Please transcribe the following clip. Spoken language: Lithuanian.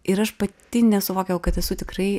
ir aš pati nesuvokiau kad esu tikrai